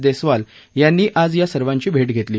देस्वाल यांनी आज या सर्वांची भे घेतली